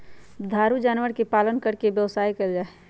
दुधारू जानवर के पालन करके व्यवसाय कइल जाहई